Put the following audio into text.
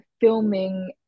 filming